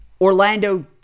Orlando